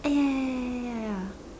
ya ya ya ya ya ya ya